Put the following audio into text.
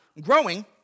growing